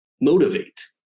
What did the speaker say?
motivate